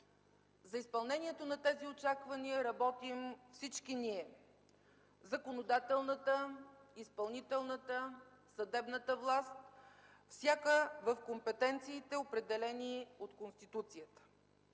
За изпълнението на тези очаквания работим всички ние – законодателната, изпълнителната, съдебната власт, всяка в компетенциите, определени от Конституцията.